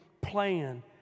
plan